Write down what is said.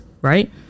right